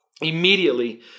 immediately